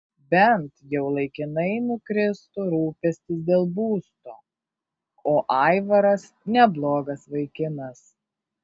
bent jau laikinai nukristų rūpestis dėl būsto o aivaras neblogas vaikinas